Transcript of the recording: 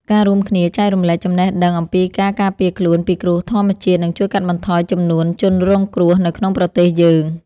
ការរួមគ្នាចែករំលែកចំណេះដឹងអំពីការការពារខ្លួនពីគ្រោះធម្មជាតិនឹងជួយកាត់បន្ថយចំនួនជនរងគ្រោះនៅក្នុងប្រទេសយើង។